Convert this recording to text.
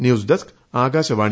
news desk Akashvani